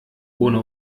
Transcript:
ohne